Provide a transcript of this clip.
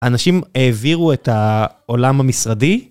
האנשים העבירו את העולם המשרדי.